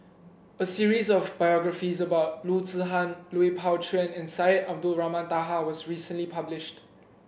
a series of biographies about Loo Zihan Lui Pao Chuen and Syed Abdulrahman Taha was recently published